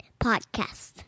Podcast